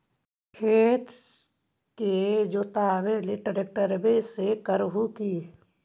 खेत के जोतबा ट्रकटर्बे से कर हू की?